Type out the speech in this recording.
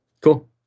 Cool